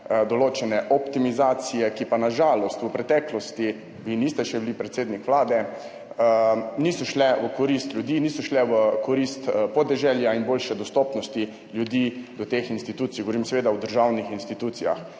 določene optimizacije, ki pa na žalost v preteklosti – vi še niste bili predsednik Vlade – niso šle v korist ljudi, niso šle v korist podeželja in boljše dostopnosti ljudi do teh institucij, govorim seveda o državnih institucijah.